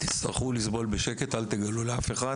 תצטרכו לסבול בשקט, אל תגלו לאף אחד